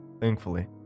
Thankfully